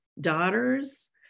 daughters